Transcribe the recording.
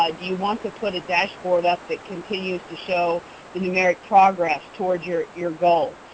ah do you want to put a dashboard up that continues to show the numeric progress towards your your goal,